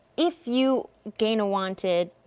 if you gain a wanted,